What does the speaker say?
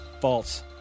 False